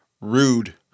Rude